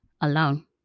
alone